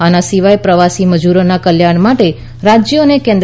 આના સિવાય પ્રવાસી મજુરોના કલ્યાણ માટે રાજ્યો અને કેન્ન્